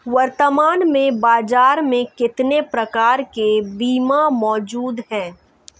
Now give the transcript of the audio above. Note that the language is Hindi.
वर्तमान में बाज़ार में कितने प्रकार के बीमा मौजूद हैं?